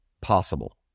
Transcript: possible